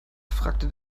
fragte